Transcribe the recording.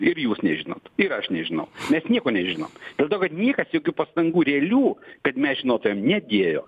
ir jūs nežinot ir aš nežinau mes nieko nežinom dėl to kad niekas jokių pastangų realių kad mes žinotumėm nedėjo